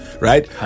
Right